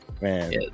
man